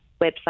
website